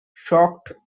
shocked